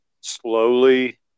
slowly